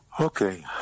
Okay